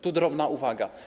Tu drobna uwaga.